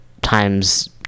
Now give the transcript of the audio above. times